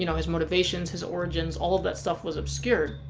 you know his motivations, his origins, all of that stuff was obscured.